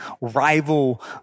rival